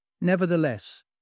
Nevertheless